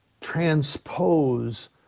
transpose